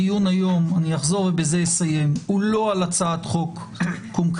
הדיון היום אני אחזור ובזה אסיים הוא לא על הצעת חוק קונקרטית,